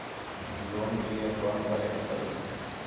Loan के लिए form भरे के पड़ी?